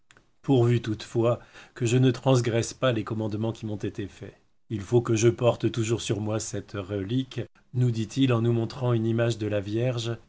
pourvu toute fois que je ne transgresse pas les commandemens qui m'ont été faits il faut que je porte toujours sur moi cette relique nous dit-il en nous montrant une image de la vierge